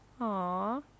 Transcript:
Aw